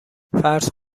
فرض